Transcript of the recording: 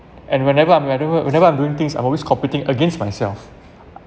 and whenever I'm whenever whenever I'm doing things I'm always competing against myself